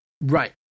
Right